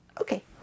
Okay